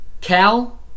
Cal